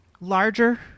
larger